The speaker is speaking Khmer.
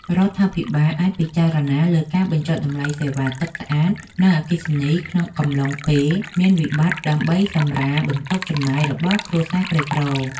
រដ្ឋាភិបាលអាចពិចារណាលើការបញ្ចុះតម្លៃសេវាទឹកស្អាត និងអគ្គិសនីក្នុងកំឡុងពេលមានវិបត្តិដើម្បីសម្រាលបន្ទុកចំណាយរបស់គ្រួសារក្រីក្រ។